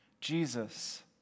jesus